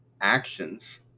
actions